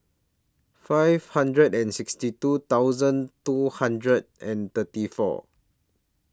five hundred and sixty two thousand two hundred and thirty four